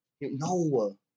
No